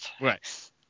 Right